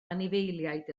anifeiliaid